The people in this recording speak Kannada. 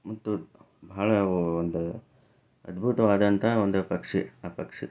ಮತ್ತು ಬಹಳ ಅವು ಒಂದು ಅದ್ಭುತವಾದಂತಹ ಒಂದು ಪಕ್ಷಿ ಆ ಪಕ್ಷಿ